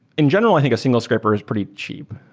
in general, i think a single scraper is pretty cheap.